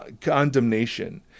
condemnation